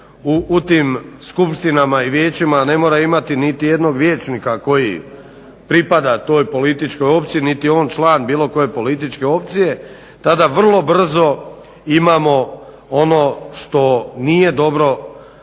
u tim skupštinama i vijećima ne mora imati niti jednog vijećnika koji pripada toj političkoj opciji niti je on član bilo koje političke opcije, tada vrlo brzo imamo ono što nije dobro